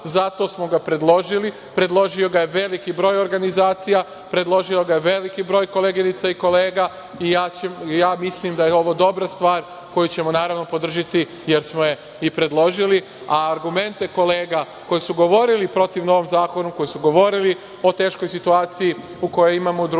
Zato smo ga predložili. Predložio ga je veliki broj organizacija, predložio ga je veliki broj koleginica i kolega i ja mislim da je ovo dobra stvar koju ćemo podržati, jer smo je i predložili, a argumente kolega koje su govorile protiv novog zakona, koje su govorile o teškoj situaciji koju imamo u društvu